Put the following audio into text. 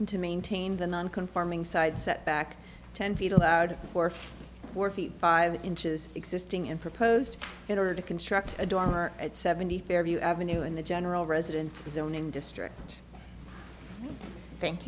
to maintain the non conforming side set back ten feet allowed for four feet five inches existing in proposed in order to construct a dormer at seventy fairview avenue in the general residence zone in district thank